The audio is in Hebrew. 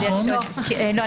לא.